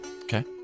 Okay